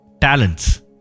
Talents